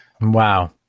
Wow